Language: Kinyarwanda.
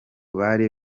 bari